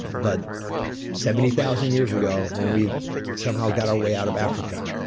but seventy thousand years ago when we somehow got our way out of africa,